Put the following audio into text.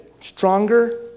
stronger